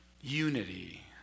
unity